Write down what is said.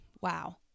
Wow